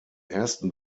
ersten